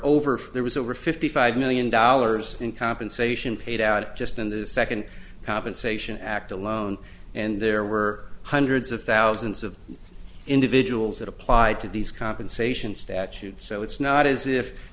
for there was over fifty five million dollars in compensation paid out just in the second compensation act alone and there were hundreds of thousands of individuals that applied to these compensation statute so it's not as if